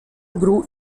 gru